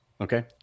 Okay